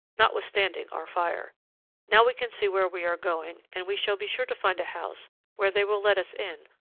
notwithstanding our fire now we can see where we are going, and we shall be sure to find a house where they will let us in,